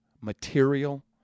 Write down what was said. material